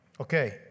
Okay